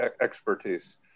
expertise